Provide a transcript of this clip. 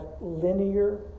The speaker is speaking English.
linear